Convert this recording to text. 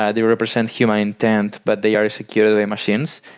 ah they represent human intent, but they are securely machines.